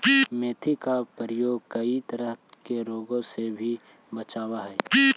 मेथी का प्रयोग कई तरह के रोगों से भी बचावअ हई